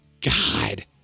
God